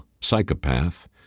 psychopath